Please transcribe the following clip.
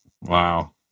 Wow